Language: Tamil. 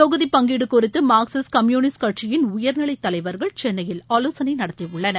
தொகுதி பங்கீடு குறித்து மார்க்சிஸ்ட் கம்யுனிஸ்ட் கட்சியின் உயர்நிலை தலைவர்கள் சென்னையில் ஆலோசனை நடத்தியுள்ளனர்